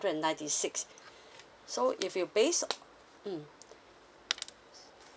and ninety six so if you based mm